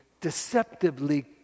deceptively